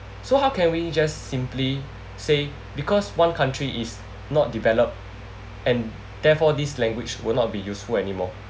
so how can we just simply say because one country is not develop and therefore this language will not be useful anymore